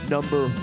Number